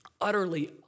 utterly